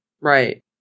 Right